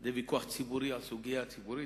זה ויכוח ציבורי על סוגיה ציבורית.